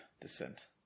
descent